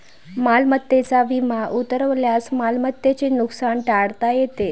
मालमत्तेचा विमा उतरवल्यास मालमत्तेचे नुकसान टाळता येते